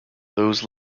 those